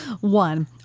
One